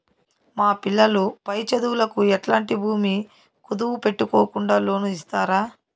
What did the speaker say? మా పిల్లలు పై చదువులకు ఎట్లాంటి భూమి కుదువు పెట్టుకోకుండా లోను ఇస్తారా